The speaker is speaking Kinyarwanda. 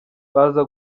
baza